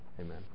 amen